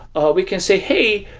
ah we can say, hey,